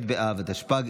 התשפ"ג